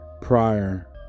prior